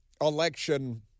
election